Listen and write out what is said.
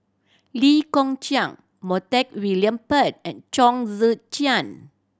Lee Kong Chian Montague William Pett and Chong Tze Chien